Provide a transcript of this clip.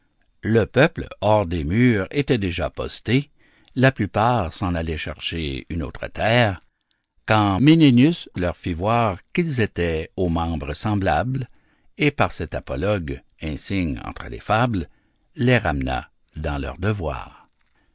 le peuple hors des murs était déjà posté la plupart s'en allaient chercher une autre terre quand ménénius leur fit voir qu'ils étaient aux membres semblables et par cet apologue insigne entre les fables les ramena dans leur devoir